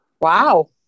Wow